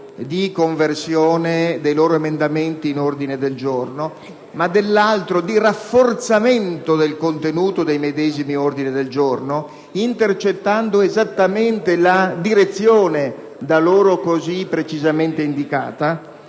di conversione dei loro emendamenti in ordine del giorno e - dall'altro - di rafforzamento del contenuto del medesimo ordine del giorno intercettando esattamente la direzione da loro così precisamente indicata.